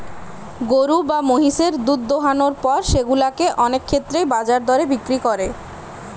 গরু বা মহিষের দুধ দোহানোর পর সেগুলা কে অনেক ক্ষেত্রেই বাজার দরে বিক্রি করে